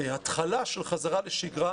התחלה של חזרה לשגרה,